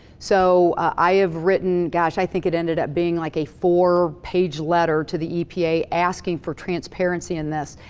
so i have written, gosh, i think it ended up being like a four page letter to the epa, asking for transparency in this.